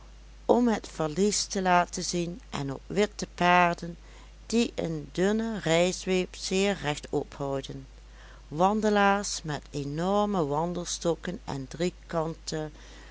om het valies te laten zien en op witte paarden die een dunne rijzweep zeer rechtop houden wandelaars met enorme wandelstokken en